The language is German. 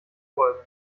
folgen